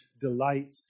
delight